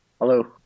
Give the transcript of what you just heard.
Hello